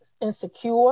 insecure